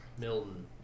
Milton